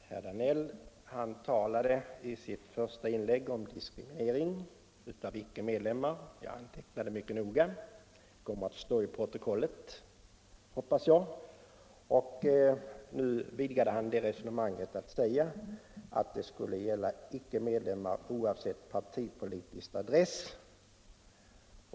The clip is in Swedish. herr Danell. Han talade i sitt första inlägg om diskriminering av icke-medlemmar. Jag antecknade det mycket noga — det kommer att stå i protokollet, hoppas jag. Nu vidgade han det resonemanget genom att säga att det skulle gälla icke-medlemmar oavsett partipolitisk adress.